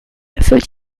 erfüllt